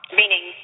meaning